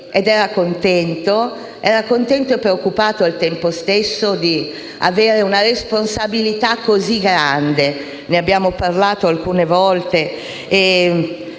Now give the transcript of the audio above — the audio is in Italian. e ritrosia: era contento e preoccupato al tempo stesso di avere una responsabilità così grande. Ne abbiamo parlato alcune volte